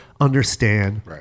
understand